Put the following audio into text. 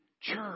church